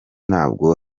ntabwo